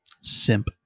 Simp